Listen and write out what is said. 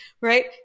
right